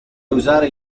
usare